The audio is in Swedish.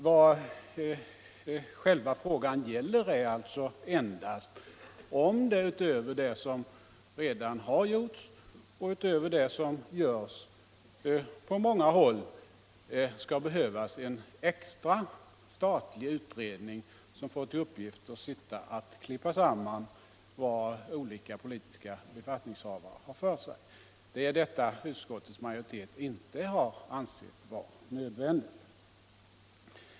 Vad själva frågan gäller är endast om det, utöver det som redan har gjorts och görs på många håll, skall behövas en extra statlig utredning, som får till uppgift att klippa samman vad olika politiska befattningshavare har för sig. Detta har utskottets majoritet inte ansett nödvändigt.